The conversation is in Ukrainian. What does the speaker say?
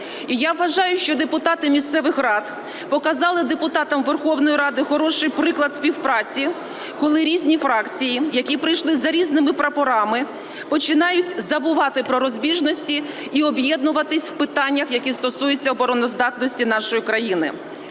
Я вважаю, що депутати місцевих рад показали депутатам Верховної Ради хороший приклад співпраці, коли різні фракції, які прийшли за різними прапорами, починають забувати про розбіжності і об'єднуватися в питаннях, які стосуються обороноздатності нашої країни.